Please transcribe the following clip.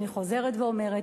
אני חוזרת ואומרת,